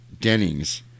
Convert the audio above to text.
dennings